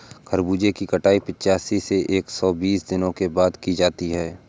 खरबूजे की कटाई पिचासी से एक सो बीस दिनों के बाद की जाती है